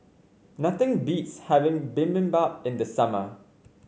nothing beats having Bibimbap in the summer